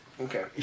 Okay